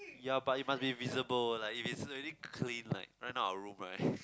ya but it must be visible like if it's really clean like not like our room right